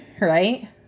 right